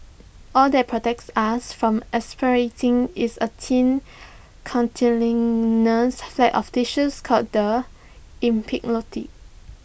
all that protects us from aspirating is A thin cartilaginous flap of tissue called the epiglottis